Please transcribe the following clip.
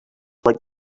like